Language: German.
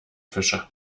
fische